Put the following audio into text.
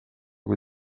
kui